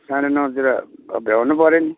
साढे नौतिर भ्याउनुपर्यो नि